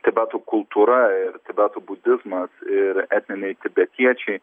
tibeto kultūra ir tibeto budizmas ir etniniai tibetiečiai